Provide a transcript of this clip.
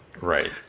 Right